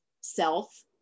self